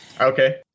Okay